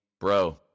Bro